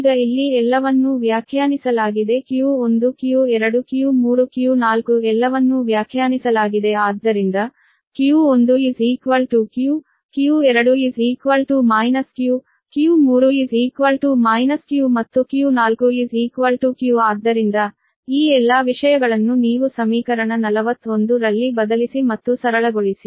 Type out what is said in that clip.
ಈಗ ಇಲ್ಲಿ ಎಲ್ಲವನ್ನೂ ವ್ಯಾಖ್ಯಾನಿಸಲಾಗಿದೆ q1q2 q3 q4 ಎಲ್ಲವನ್ನೂ ವ್ಯಾಖ್ಯಾನಿಸಲಾಗಿದೆ ಆದ್ದರಿಂದ q1q q2 q q3 q ಮತ್ತು q4 q ಆದ್ದರಿಂದ ಈ ಎಲ್ಲಾ ವಿಷಯಗಳನ್ನು ನೀವು ಸಮೀಕರಣ 41 ರಲ್ಲಿ ಬದಲಿಸಿ ಮತ್ತು ಸರಳಗೊಳಿಸಿ